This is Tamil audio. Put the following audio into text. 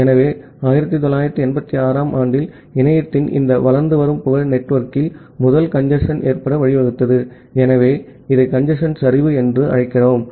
ஆகவே 1986 ஆம் ஆண்டில் இணையத்தின் இந்த வளர்ந்து வரும் புகழ் நெட்வொர்க்கில் முதல் கஞ்சேஸ்ன் ஏற்பட வழிவகுத்தது ஆகவே இதை கஞ்சேஸ்ன் சரிவு என்று அழைக்கிறோம்